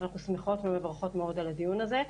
ואנחנו שמחות ומברכות מאוד על הדיון הזה.